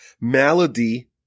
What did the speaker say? malady